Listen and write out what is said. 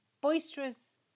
boisterous